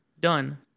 done